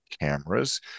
cameras